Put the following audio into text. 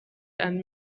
and